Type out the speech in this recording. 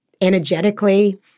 energetically